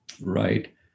right